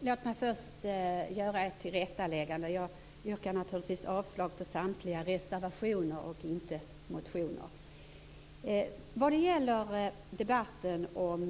Fru talman! Först vill jag göra ett tillrättaläggande. Jag yrkar naturligtvis avslag på samtliga reservationer och inte på motionerna. Debatten om